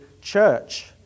church